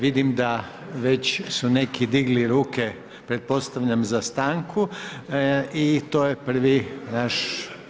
Vidim da već su neki digli ruke, pretpostavljam za stanku i to je prvi naš.